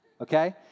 Okay